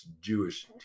Jewish